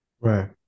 Right